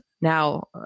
now